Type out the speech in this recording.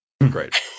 Great